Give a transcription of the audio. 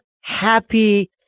happy